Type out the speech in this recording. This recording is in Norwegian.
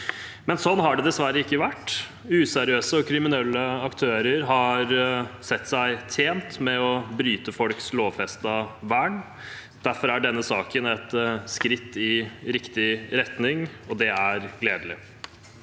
nok. Sånn har det dessverre ikke vært. Useriøse og kriminelle aktører har sett seg tjent med å bryte folks lovfestede vern. Derfor er denne saken et skritt i riktig retning, og det er gledelig,